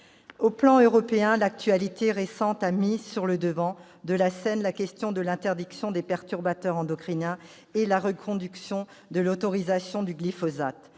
le plan européen, l'actualité récente a mis sur le devant de la scène la question de l'interdiction des perturbateurs endocriniens et la reconduction de l'autorisation du glyphosate.